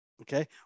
Okay